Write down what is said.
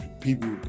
people